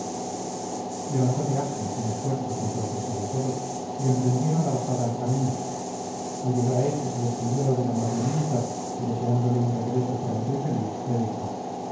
camino levantose ágil sin esfuerzo con sorpresa de todos y emprendieron la bajada al camino al llegar a este se despidió del amable militar que deseándole un regreso pronto y feliz le dijo